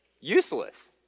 useless